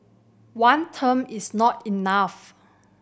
one term is not enough